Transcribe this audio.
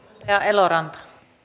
arvoisa rouva